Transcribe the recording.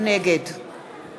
נגד